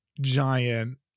giant